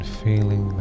feeling